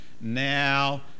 now